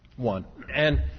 one and